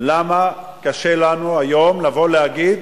למה קשה לנו היום לבוא ולהגיד: